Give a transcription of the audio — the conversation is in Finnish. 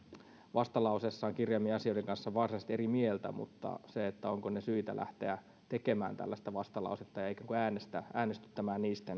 vastalauseessaan kirjaamien asioiden kanssa eri mieltä mutta siitä ovatko ne syitä lähteä tekemään tällaista vastalausetta ja äänestyttämään niistä